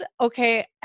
Okay